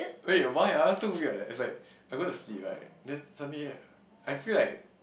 wait why ah so weird leh it's like I go to sleep right then suddenly I feel like